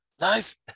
Nice